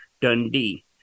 Dundee